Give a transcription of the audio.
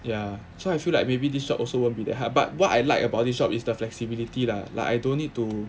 ya so I feel like maybe this are also won't be that habit but what I like about the shop is the flexibility lah like I don't need to